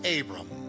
Abram